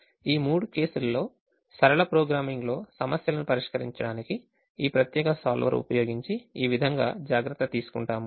ఈ మూడు కేసులు లో సరళ ప్రోగ్రామింగ్ లో సమస్యలను పరిష్కరించడానికి ఈ ప్రత్యేక సోల్వర్ ఉపయోగించి ఈ విధంగా జాగ్రత్త తీసుకుంటాము